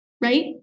right